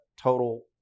total